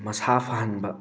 ꯃꯁꯥ ꯐꯍꯟꯕ